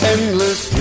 Endless